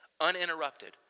uninterrupted